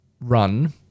run